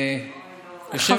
יושב-ראש ועדת החוקה,